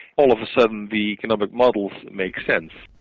all of a sudden the economic models make sense.